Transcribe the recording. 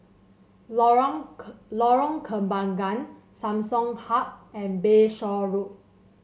Lorong Lorong Kembagan Samsung Hub and Bayshore Road